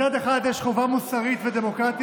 מצד אחד, יש חובה מוסרית ודמוקרטית